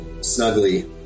snugly